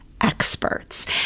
experts